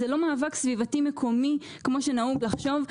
זה לא מאבק סביבתי מקומי כפי שנהוג לחשוב.